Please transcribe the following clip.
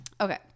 okay